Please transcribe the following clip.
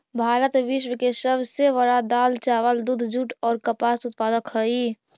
भारत विश्व के सब से बड़ा दाल, चावल, दूध, जुट और कपास उत्पादक हई